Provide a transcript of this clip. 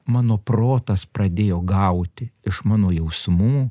mano protas pradėjo gauti iš mano jausmų